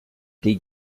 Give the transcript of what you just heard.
they